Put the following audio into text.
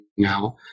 now